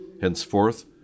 Henceforth